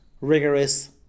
rigorous